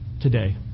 today